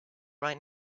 right